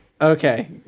Okay